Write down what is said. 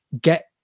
get